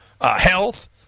health